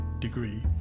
degree